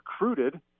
recruited